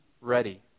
ready